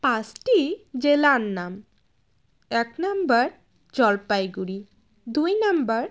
পাঁচটি জেলার নাম এক নম্বর জলপাইগুড়ি দুই নম্বর